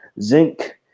Zinc